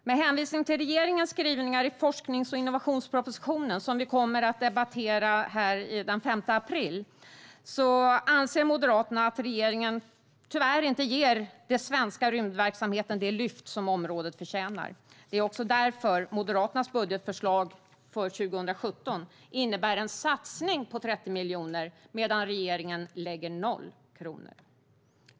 Med hänvisning till regeringens skrivningar i forsknings och innovationspropositionen, som vi kommer att debattera här den 5 april, anser Moderaterna att regeringen tyvärr inte ger den svenska rymdverksamheten det lyft som den förtjänar. Det är också därför Moderaternas budgetförslag för 2017 innebär en satsning på 30 miljoner medan regeringen lägger 0 kr.